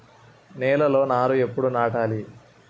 నేలలో నారు ఎప్పుడు నాటాలి?